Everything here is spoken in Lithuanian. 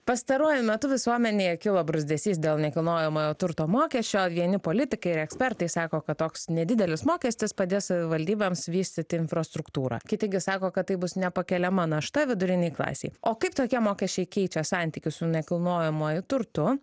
pastaruoju metu visuomenėje kilo bruzdesys dėl nekilnojamojo turto mokesčio vieni politikai ekspertai sako kad toks nedidelis mokestis padės savivaldybėms vystyti infrastruktūrą kiti gi sako kad tai bus nepakeliama našta vidurinei klasei o kaip tokie mokesčiai keičia santykius su nekilnojamuoju turtu